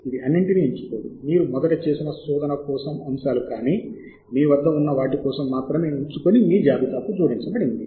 ఇది అన్నింటినీ ఎంచుకోదు మీరు మొదట చేసిన శోధన కోసం అంశాలు కానీ మీ వద్ద ఉన్న వాటి కోసం మాత్రమే ఎంచుకొని మీ జాబితాకు జోడించబడింది